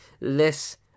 less